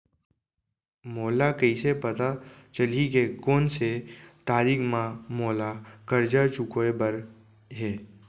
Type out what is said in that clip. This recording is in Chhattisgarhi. मोला कइसे पता चलही के कोन से तारीक म मोला करजा चुकोय बर हे?